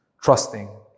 Trusting